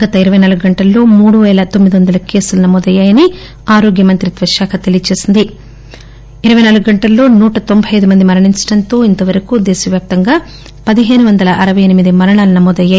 గత ఇరవై నాలుగు గంటల్లో మూడు పేల తొమ్మి ది వందల కేసులు నమోదయ్యాయని ఆరోగ్యమంత్రిత్వశాఖ తెలియచేసింది ఇరవై నాలుగు గంటల్లో నూట తొంబై అయిదు మంది మరణించడంతో ఇంతవరకూ దేశవ్వాప్తంగా పదిహేను వందల అరపై ఎనిమిది మరణాలు నమోదయ్యాయి